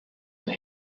and